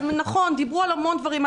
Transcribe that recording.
דיברו על המון דברים,